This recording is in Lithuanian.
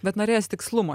bet norėjosi tikslumo